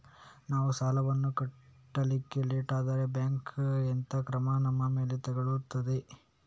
ನಾವು ಸಾಲ ವನ್ನು ಕಟ್ಲಿಕ್ಕೆ ಲೇಟ್ ಆದ್ರೆ ಬ್ಯಾಂಕ್ ಎಂತ ಕ್ರಮ ನಮ್ಮ ಮೇಲೆ ತೆಗೊಳ್ತಾದೆ?